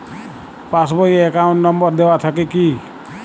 Pass বই এ account number দেওয়া থাকে কি?